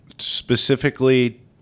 Specifically